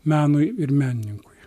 menui ir menininkui